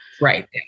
Right